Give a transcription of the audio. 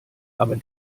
aber